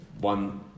one